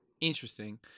Interesting